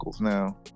now